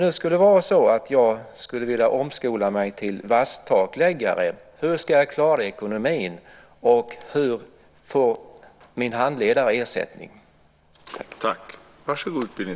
Om det skulle vara så att jag skulle vilja omskola mig till vasstakläggare, hur ska jag klara ekonomin och hur får min handledare ersättning?